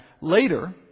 later